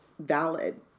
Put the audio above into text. Valid